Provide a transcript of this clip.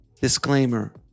Disclaimer